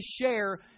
share